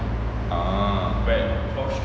ah